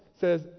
says